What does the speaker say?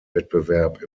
wettbewerb